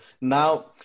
now